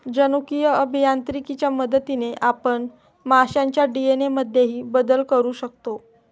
जनुकीय अभियांत्रिकीच्या मदतीने आपण माशांच्या डी.एन.ए मध्येही बदल करू शकतो